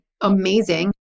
amazing